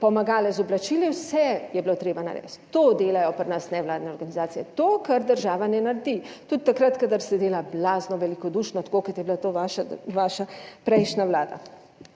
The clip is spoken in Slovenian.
pomagale z oblačili, vse je bilo treba narediti. To delajo pri nas nevladne organizacije, to, kar država ne naredi, tudi takrat, kadar se dela blazno velikodušno, tako kot je bila to vaša, vaša prejšnja vlada.